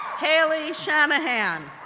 haley shanahan,